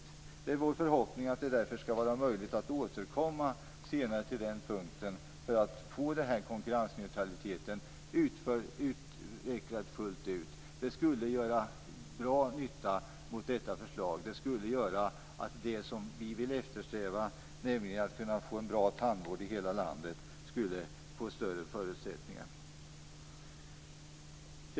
Det är därför vår förhoppning att det skall vara möjligt att återkomma senare till denna punkt för att få konkurrensneutraliteten utvecklad fullt ut. Det skulle göra bra nytta, och det skulle innebära större förutsättningar för det som vi eftersträvar, nämligen en bra tandvård i hela landet. Fru talman!